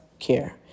care